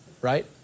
right